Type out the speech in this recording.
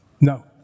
No